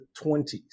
20s